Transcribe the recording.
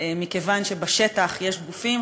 מכיוון שבשטח יש גופים,